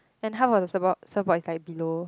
then how was about the support the support is like below